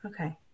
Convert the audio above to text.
Okay